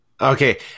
Okay